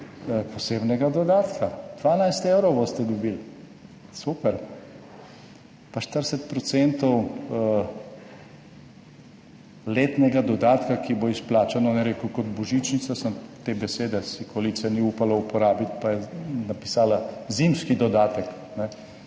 posebnega dodatka, 12 evrov boste dobili, super, pa 40 % letnega dodatka, ki bo izplačan, on je rekel kot božičnica, samo te besede si koalicija ni upala uporabiti, pa je napisala zimski dodatek,